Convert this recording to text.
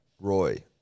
Roy